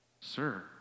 Sir